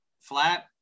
flat